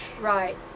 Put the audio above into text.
right